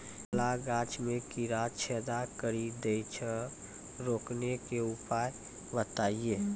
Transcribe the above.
केला गाछ मे कीड़ा छेदा कड़ी दे छ रोकने के उपाय बताइए?